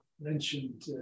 mentioned